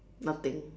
nothing